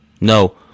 No